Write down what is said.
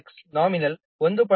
0 ಆಗಿದೆ